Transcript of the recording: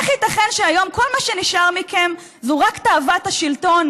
איך ייתכן שהיום כל מה שנשאר מכם זה רק תאוות השלטון,